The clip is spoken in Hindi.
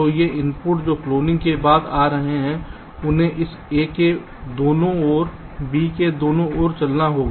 तो ये इनपुट जो क्लोनिंग के बाद आ रहे हैं उन्हें इस A के दोनों और B के दोनों को चलाना होगा